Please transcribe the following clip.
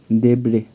देब्रे